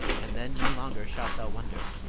and then no longer shalt thou wonder.